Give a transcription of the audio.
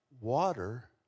Water